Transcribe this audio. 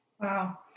Wow